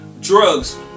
drugs